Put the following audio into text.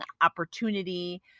opportunity